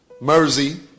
mercy